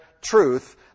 truth